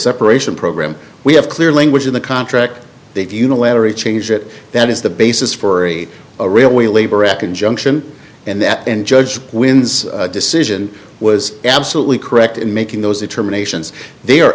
separation program we have clear language in the contract they do unilaterally change it that is the basis for a railway labor act injunction and that and judge wins decision was absolutely correct in making those determinations they